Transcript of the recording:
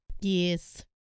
Yes